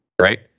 right